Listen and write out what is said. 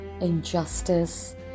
injustice